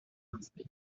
marseille